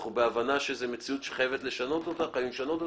אנחנו בהבנה שזאת מציאות שחייבים לשנות אותה,